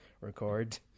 record